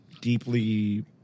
deeply